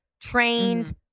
trained